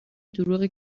دروغی